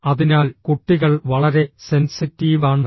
അതിനാൽ കുട്ടികൾ വളരെ സെൻസിറ്റീവ് ആണ്